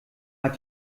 hat